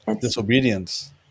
Disobedience